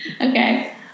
Okay